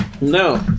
No